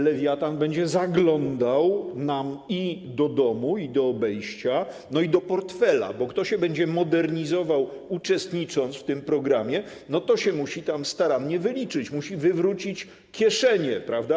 Lewiatan będzie zaglądał nam i do domu, i do obejścia, i do portfela, bo kto się będzie modernizował, uczestnicząc w tym programie, to musi się starannie wyliczyć, musi wywrócić kieszenie, prawda?